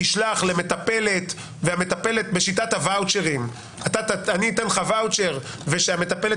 תשלח למטפלת ובשיטת הוואוצ'רים אני אתן לך ואוצ'ר ושהמטפלת